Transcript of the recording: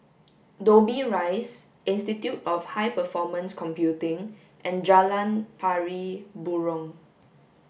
Dobbie Rise Institute of High Performance Computing and Jalan Pari Burong